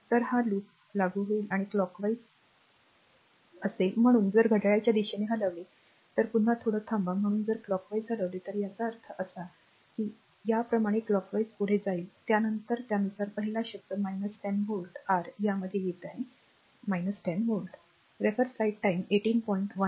तर हा लूप लागू होईल आणि clockwise हलवेल म्हणून जर घड्याळाच्या दिशेने हलवले तर पुन्हा थोडं थांबा म्हणून जर clockwise हलवले तर याचा अर्थ असा की याप्रमाणे clockwise पुढे जाईल त्यानंतर त्यानुसार पहिला शब्द 10 volt r यामध्ये येत आहे 10 volt